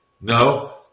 No